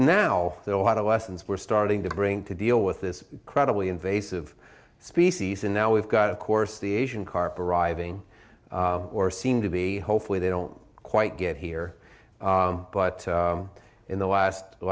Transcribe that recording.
now there are a lot of lessons we're starting to bring to deal with this credibly invasive species and now we've got of course the asian carp arriving or seem to be hopefully they don't quite get here but in the last the